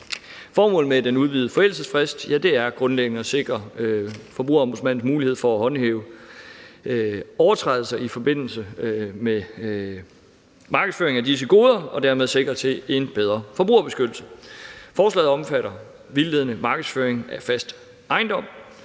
Formålet med den udvidede forældelsesfrist er grundlæggende at sikre Forbrugerombudsmandens mulighed for at håndhæve overtrædelser i forbindelse med markedsføring af disse goder og dermed sikre en bedre forbrugerbeskyttelse. Forslaget omfatter vildledende markedsføring af fast ejendom,